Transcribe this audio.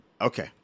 Okay